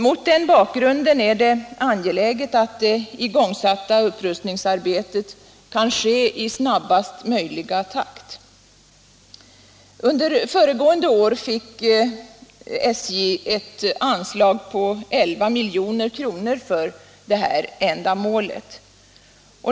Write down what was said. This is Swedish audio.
Mot den bakgrunden är det angeläget att det ingångsatta upprustningsarbetet kan ske i snabbast möjliga takt. Under föregående år fick SJ ett anslag på 11 milj.kr. för ändamålet.